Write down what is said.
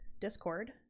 Discord